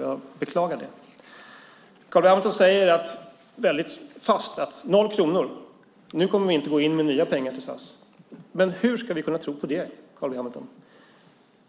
Jag beklagar det. Carl B Hamilton säger med fast röst 0 kronor. Nu ska ni inte gå in med nya pengar till SAS. Hur ska vi kunna tro på det, Carl B Hamilton?